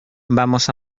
vamos